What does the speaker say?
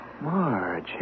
Marge